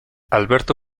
alberto